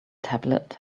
tablet